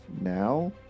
now